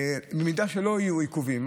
אם לא יהיו עיכובים,